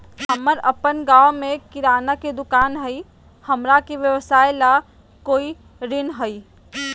हमर अपन गांव में किराना के दुकान हई, हमरा के व्यवसाय ला कोई ऋण हई?